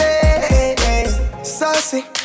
Saucy